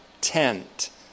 tent